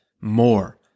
more